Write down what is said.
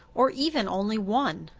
or even only one?